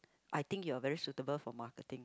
I think you are very suitable for marketing